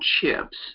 chips